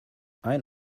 ein